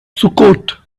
sukkot